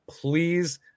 please